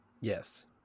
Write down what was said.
yes